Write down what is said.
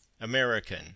American